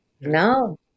no